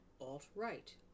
alt-right